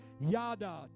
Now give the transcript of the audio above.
yada